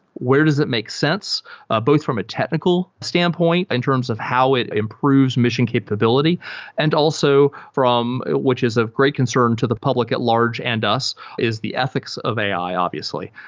where does it make sense both from a technical standpoint in terms of how it improves mission capability and also from which is a great concern to the public at large and us, is the ethics of ai obviously.